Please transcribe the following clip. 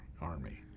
army